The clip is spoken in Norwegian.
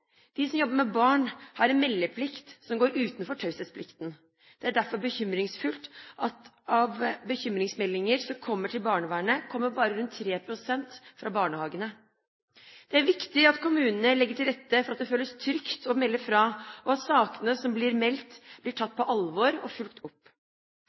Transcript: De som jobber med barn, har en meldeplikt som går utenfor taushetsplikten. Det er derfor bekymringsfullt at av bekymringsmeldinger som kommer til barnevernet, kommer bare rundt 3 pst. fra barnehagene. Det er viktig at kommunene legger til rette for at det føles trygt å melde fra, og at sakene som blir meldt, blir tatt på alvor og fulgt opp.